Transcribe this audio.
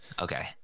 okay